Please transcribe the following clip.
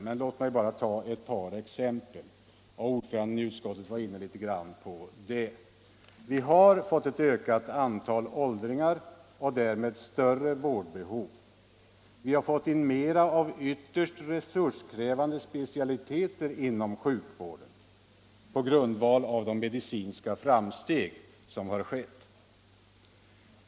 Men låt mig ta några — m.m. exempel, som ordföranden i utskottet var inne på. Vi har fått ett ökat antal åldringar och därmed större vårdbehov. Vi har fått in mer av ytterst resurskrävande specialiteter inom sjukvården på grundval av de medicinska framsteg som gjorts.